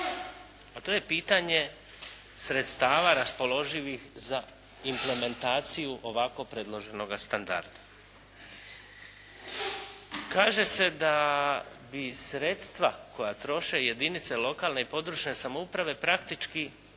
a to je pitanje sredstava raspoloživih za implementaciju ovako predloženoga standarda. Kaže se da bi sredstva koja troše jedinice lokalne i područne samouprave praktički